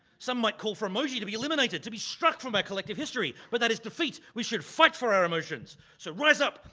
some might call for emoji to be eliminated, to be struck from our collective history. but that is defeat. we should fight for our emotions. so rise up.